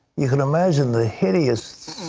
you know imagine the hideous